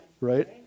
right